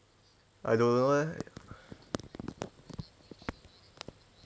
I don't know eh